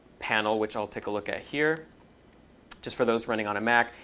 panel, which i'll take a look at here just for those running on a mac,